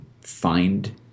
find